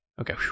Okay